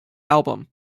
album